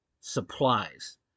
supplies